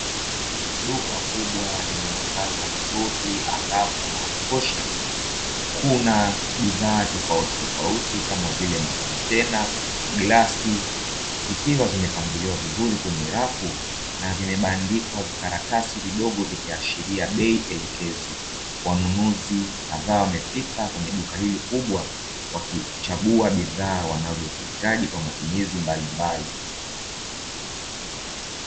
Duka kubwa lenye mwangaza mzuri angavu na wa kutosha; kuna bidhaa tofautitofauti kama vile: makontena, glasi zikiwa zimepangiliwa vizuri kwenye rafu na vimebandikwa vikaratasi vidogo vikiashiria bei elekezi. Wanunuzi kadhaa wamefika kwenye duka hili kubwa wakichagua bidhaa wanazozihitaji kwa matumizi mbalimbali.